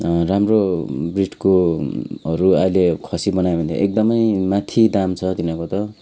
राम्रो ब्रिडकोहरू अहिले खसी बनायो भने एकदमे माथि दाम छ तिनीहरूको त